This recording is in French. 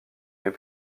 mais